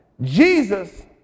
Jesus